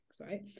right